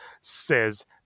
says